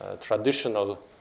traditional